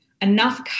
enough